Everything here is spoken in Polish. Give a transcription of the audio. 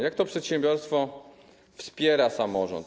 Jak to przedsiębiorstwo wspiera samorząd?